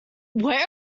where